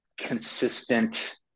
consistent